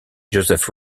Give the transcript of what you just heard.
joseph